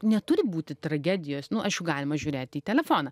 neturi būti tragedijos nu aišku galima žiūrėti į telefoną